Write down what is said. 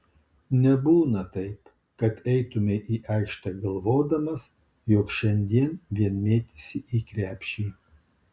nebūna taip kad eitumei į aikštę galvodamas jog šiandien vien mėtysi į krepšį